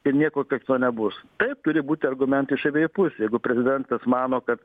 ir nieko kito nebus taip turi būti argumentai iš abiejų pusių jeigu prezidentas mano kad